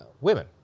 women